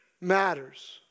matters